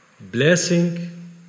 Blessing